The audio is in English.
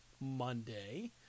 Monday